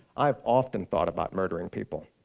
i have often thought about murdering people.